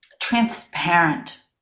transparent